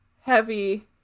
heavy